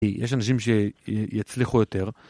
יש אנשים שיצליחו יותר.